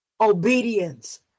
Obedience